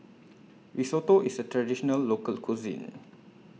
Risotto IS A Traditional Local Cuisine